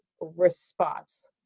response